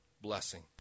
blessing